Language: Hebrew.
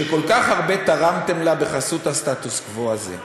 שכל כך הרבה תרמתם לה בחסות הסטטוס-קוו הזה?